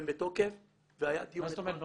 הם בתוקף והיה דיון --- מה זאת אומרת במועצה?